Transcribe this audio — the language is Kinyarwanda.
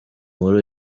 muri